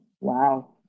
wow